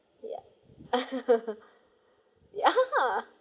ya ya